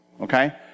okay